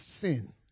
sin